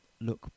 look